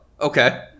Okay